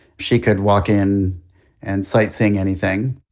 she could walk in and sight sing anything